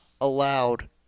allowed